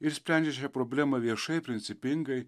ir sprendžia šią problemą viešai principingai